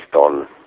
on